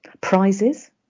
Prizes